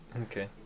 Okay